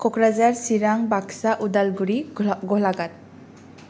Kokrajhar Chirang Baksa Udalguri Golaghat